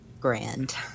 Grand